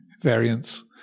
variants